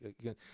again